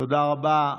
תודה רבה.